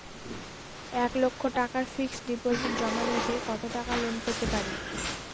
এক লক্ষ টাকার fixed deposit জমা রেখে কত টাকা লোন পেতে পারি?